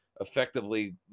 effectively